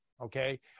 okay